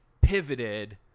pivoted